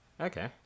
Okay